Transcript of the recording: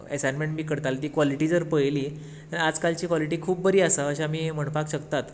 assignment बीन करताली ती कॉलीटी जर पळयली जाल्यार आजकालची कॉलिटी खूब बरी आसा अशें आमी म्हणपाक शकतात